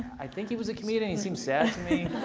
i think he was a comedian. he seemed sad to me.